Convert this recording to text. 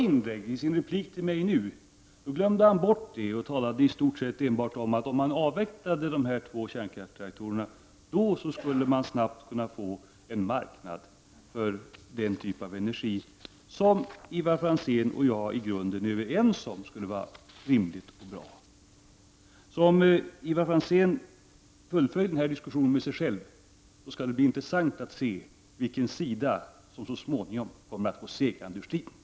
I sin replik till mig nu glömde han bort detta och talade i stort sett enbart om att ifall man avvecklade dessa två reaktorer, så skulle man snabbt kunna få en marknad för den typ av energi som Ivar Franzén och jag i grunden är överens om skulle vara rimlig och bra. Om Ivar Franzén fullföljer den här debatten med sig själv skall det bli intressant att se vilken sida som så småningom kommer att gå segrande ur striden.